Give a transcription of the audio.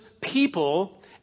people